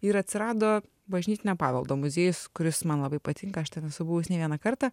ir atsirado bažnytinio paveldo muziejus kuris man labai patinka aš ten esu buvus ne vieną kartą